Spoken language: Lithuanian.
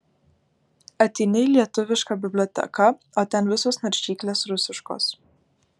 ateini į lietuviška biblioteką o ten visos naršyklės rusiškos